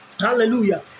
Hallelujah